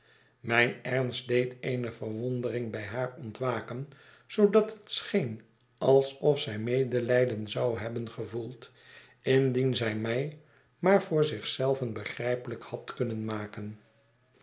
mijn ernst deed eene verwondering bij haar ontwaken zoodat het scheen alsof zij medelijden zou hebben gevoeld indien zij mij maar voor zich zelve begrijpelijk had kunnen maken